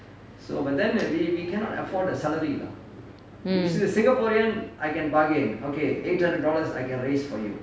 mm